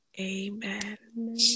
amen